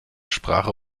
sprache